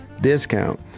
discount